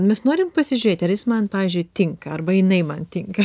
mes norim pasižiūrėti ar jis man pavyzdžiui tinka arba jinai man tinka